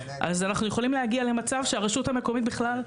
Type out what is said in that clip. אז אנחנו יכולים להגיע למצב שהרשות המקומית בכלל.